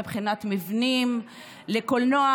מבחינת מבנים לקולנוע,